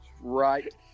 right